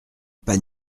pas